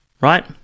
right